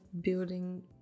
building